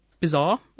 bizarre